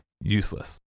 useless